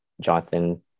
Jonathan